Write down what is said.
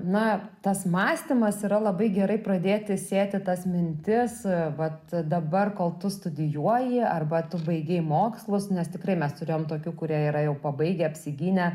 na tas mąstymas yra labai gerai pradėti sėti tas mintis vat dabar kol tu studijuoji arba tu baigei mokslus nes tikrai mes turėjom tokių kurie yra jau pabaigę apsigynę